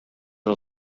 del